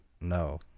no